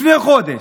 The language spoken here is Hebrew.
לפני חודש,